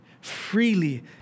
freely